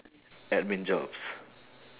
admin jobs